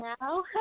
now